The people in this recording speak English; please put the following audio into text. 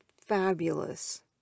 fabulous